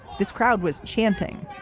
this crowd was chanting